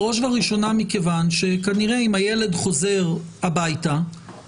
בראש וראשונה מכיוון שכנראה אם הילד חוזר הביתה,